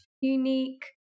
unique